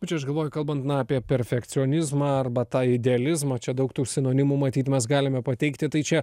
bet čia aš galvoju kalbant na apie perfekcionizmą arba tą idealizmo čia daug tų sinonimų matyt mes galime pateikti tai čia